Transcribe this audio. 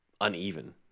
uneven